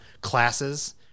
Classes